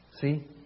See